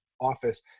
office